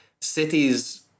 cities